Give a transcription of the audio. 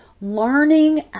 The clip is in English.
learning